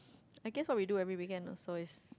I guess what we do every weekend so is